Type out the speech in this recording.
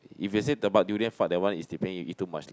if you say the but durian fart that one is depend you eat too much lah